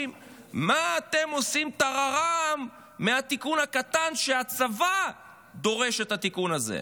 50. מה אתם עושים טררם מהתיקון הקטן שהצבא דורש את התיקון הזה?